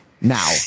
now